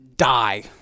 Die